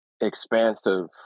expansive